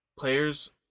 Players